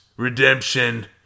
Redemption